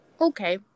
Okay